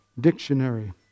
dictionary